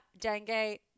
dengue